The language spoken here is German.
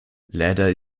leider